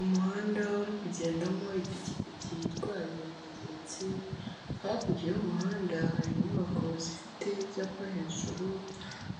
Umuhanda uri kugendamo ipikipiki itwaye umugenzi, hakurya y'umuhanda hari inyubako zifite ibyapa hejuru,